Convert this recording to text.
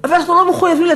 אבל אנחנו לא מחויבים להיות